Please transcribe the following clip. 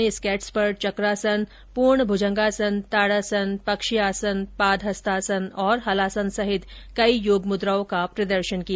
ने स्केट्स पर चक्रासन पूर्ण भुजंगासन ताड़ासन पक्षी आसन पाद हस्तासन औरहलासन सहित कई योग मुद्राओं का प्रदर्शन किया